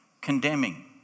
condemning